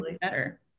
better